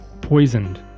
poisoned